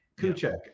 Kuchek